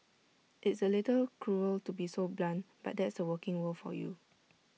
it's A little cruel to be so blunt but that's the working world for you